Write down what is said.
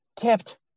kept